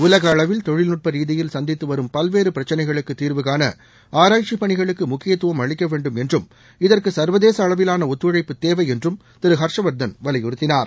உலகஅளவில் தொழில்ஙட்டரீதியில் சந்தித்துவரும் பல்வேறு பிரச்சனைகளுக்குதீர்வுகாண ஆராய்ச்சிபணிகளுக்குமுக்கியத்துவம் அளிக்கவேண்டும் என்றும் இதற்குசர்வதேசஅளவிலானஒத்துழைப்பு தேவைஎன்றும் திரு ஹர்ஷ் வர்தன் வலியுறுத்தினார்